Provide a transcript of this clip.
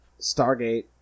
Stargate